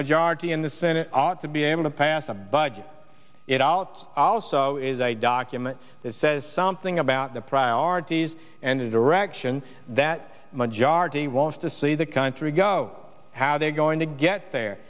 majority in the senate ought to be able to pass a budget it out also is a document that says something about the priorities and the direction that the majority wants to see the country go how they're going to get there